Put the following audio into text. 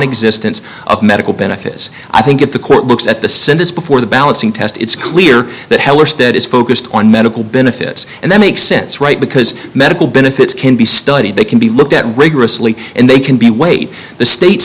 nonexistence of medical benefits i think if the court looks at the sentence before the balancing test it's clear that heller stead is focused on medical benefits and that makes sense right because medical benefits can be studied they can be looked at rigorously and they can be weight the state